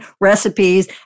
recipes